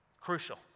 Crucial